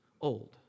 old